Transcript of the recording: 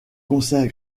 concert